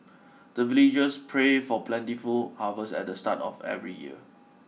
the villagers pray for plentiful harvest at the start of every year